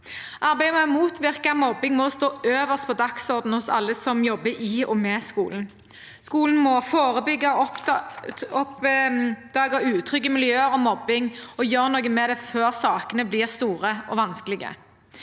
Arbeidet med å motvirke mobbing må stå øverst på dagsordenen hos alle som jobber i og med skolen. Skolen må forebygge og oppdage utrygge miljøer og mobbing og gjøre noe med det før sakene blir store og vanskelige,